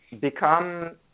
become